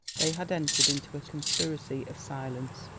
they had entered into a conspiracy of silence.